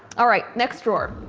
alright, next drawer.